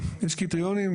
המתעניינים.